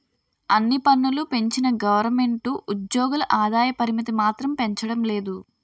అన్ని పన్నులూ పెంచిన గవరమెంటు ఉజ్జోగుల ఆదాయ పరిమితి మాత్రం పెంచడం లేదు